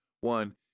One